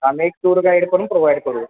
आम्ही एक tour guide पण प्रोव्हाइड करू